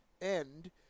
end